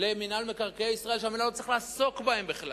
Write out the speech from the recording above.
למינהל מקרקעי ישראל שהמינהל לא צריך לעסוק בהן בכלל,